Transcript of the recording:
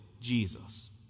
Jesus